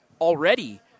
already